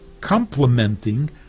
complementing